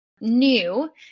new